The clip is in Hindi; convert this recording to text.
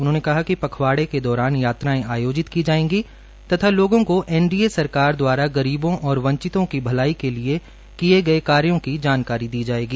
उन्होंने कहा कि पखवाड़े के दौरान यात्राएं आयोजित की जायेगी तथा लोगों को एनडीए सरकार द्वारा गरीबों और वंचितों की भलाई के लिए किये गये कार्यो की जानकारी दी जाएगी